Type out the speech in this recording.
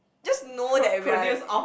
just know that we are